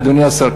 אדוני השר,